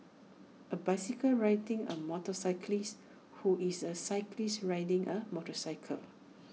A bicycle riding A motorcyclist who is A cyclist riding A motorcycle